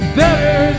better